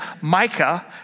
Micah